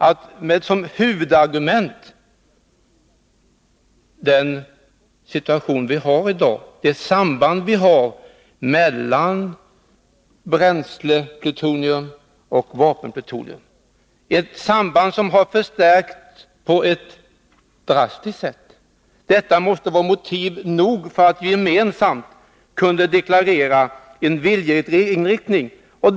Vårt huvudargument är det samband som finns mellan bränsleplutonium och vapenplutonium — ett samband som under den senaste tiden har förstärkts på ett drastiskt sätt. Detta borde vara motiv nog för att vi gemensamt skulle kunna deklarera en viljeinriktning.